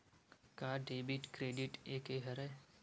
का debit credit एके हरय?